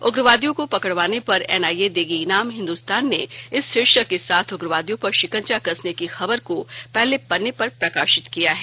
उग्रवादियों को पकड़वाने पर एनआईए देगी इनाम हिन्दुस्तान ने इस शीर्षक के साथ उग्रवादियों पर शिकंजा कसने की खबर को पहले पन्ने पर प्रकाशित किया है